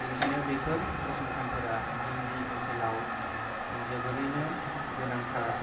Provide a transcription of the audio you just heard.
बेनिखायनो बेफोर फसंथानफोरा जोंनि ओनसोलाव जोबोरैनो गोनांथार